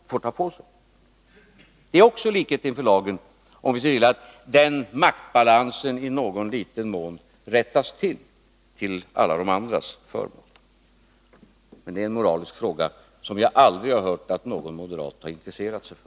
Det är också att eftersträva likhet inför lagen om vi ser till att maktbalansen i åtminstone någon mån rättas till, till de övrigas förmån. Men detta är en moralisk fråga som jag aldrig hört någon moderat intressera sig för.